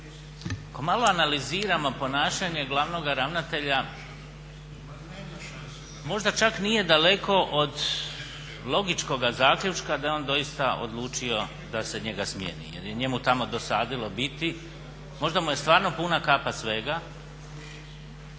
ako malo analiziramo ponašanje glavnoga ravnatelja možda čak nije daleko od logičnog zaključka da je on doista odlučio da se njega smijeni jel je njemu dosadilo biti, možda mu je stvarno puna kapa svega,